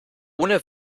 ohne